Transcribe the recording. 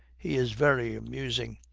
he is very amusing.